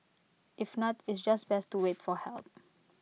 if not it's just best to wait for help